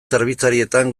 zerbitzarietan